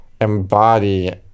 embody